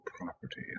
property